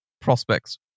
prospects